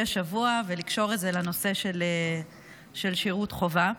השבוע ולקשור את זה לנושא של שירות החובה.